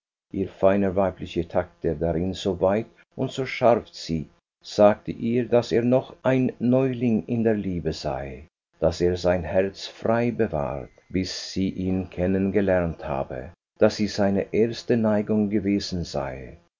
ihr feiner weiblicher takt der darin so weit und so scharf sieht sagte ihr daß er noch ein neuling in der liebe sei daß er sein herz frei bewahrt bis sie ihn kennen gelernt habe daß sie seine erste neigung gewesen sei